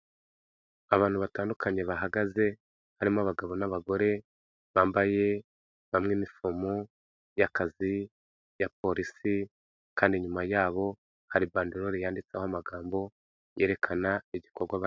Abantu batandukanye bahagaze, harimo abagabo n'abagore, bambaye bamwe inifomo y'akazi, ya Polisi kandi nyuma yabo hari bandarore yanditseho amagambo yerekana igikorwa biri...